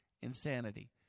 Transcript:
Insanity